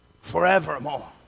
forevermore